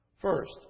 First